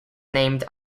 named